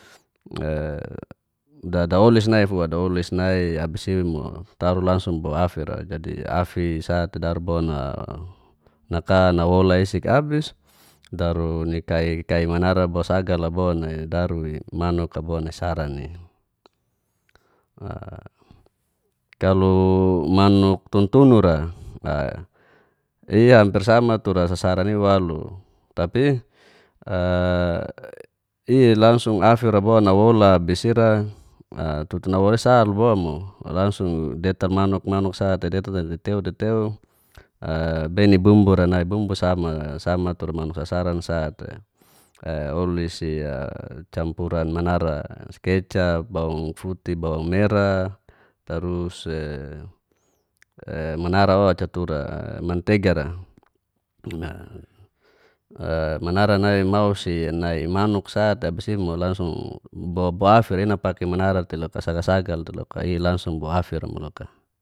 E da daolis nai fua daolis nai abis i mu taru langsung bo afi ra jadi afi sa te daru bo na naka nawola isik abis daru ni kai kai manara bo sagal a bo nai daru i manuk a bo nai saran i. A kalo manuk tuntunu ra a iampir sama tura sasaran i walu. Tapi, a i langsung afi rabona nawola abis ira a tutu nawola sal bo mu langsung detal manuk manuk sa te detal deteu deteu a bei nini bumbu ra nai bumbu sama sama tura manuk sasaran sa te. E olis si a campuran manara kecap, bawang futi, bawang mera, tarus e e manara oca tura mantega ra. A a manara nai mau sinai manuk sa te abis mo langsung bo bo afira dapaki manara teloka sagal sagal teloka i langsung bo afira mo loka